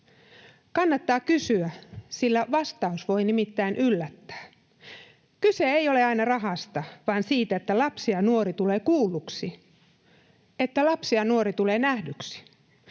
Kannattaa kysyä, sillä vastaus voi nimittäin yllättää. Kyse ei ole aina rahasta, vaan siitä, että lapsi ja nuori tulee kuulluksi, että lapsi ja nuori tulee nähdyksi